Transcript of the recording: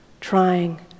trying